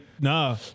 nah